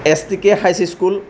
S T K high school